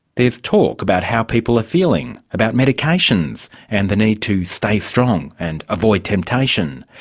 there's talk about how people are feeling, about medications and the need to stay strong and avoid temptation.